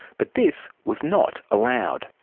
but this was not allowed.